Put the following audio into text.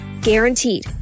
Guaranteed